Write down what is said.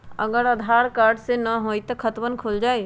अगर आधार न होई त खातवन खुल जाई?